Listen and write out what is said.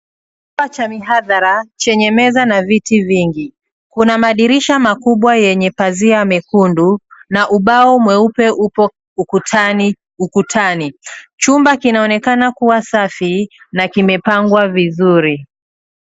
Chumba cha mihadhara chenye meza na viti vingi. Kuna madirisha makubwa yenye pazia mekundu na ubao mweupe upo ukutani. Chumba kinaonekana kuwa safi na kimepangwa vizuri.